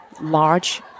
large